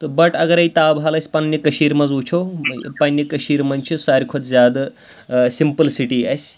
تہٕ بَٹ اگرَے تاب حال أسۍ پنٛنہِ کٔشیٖرِ منٛز وٕچھو پنٛنہِ کٔشیٖرِ منٛز چھِ ساروی کھۄتہٕ زیادٕ سِمپٕل سِٹی اَسہِ